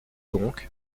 donc